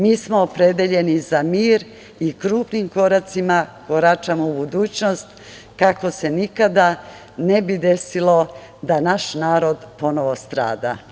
Mi smo opredeljeni za mir i krupnim koracima koračamo u budućnost, kako se nikada ne bi desilo da naš narod ponovo strada.